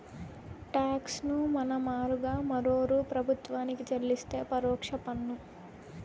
talks ను మన మారుగా మరోరూ ప్రభుత్వానికి చెల్లిస్తే పరోక్ష పన్ను